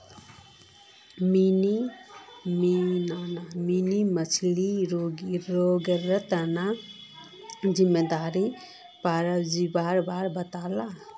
mini मछ्लीर रोगेर तना जिम्मेदार परजीवीर बारे बताले